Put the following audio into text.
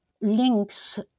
links